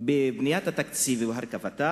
בבניית התקציב ובהרכבתו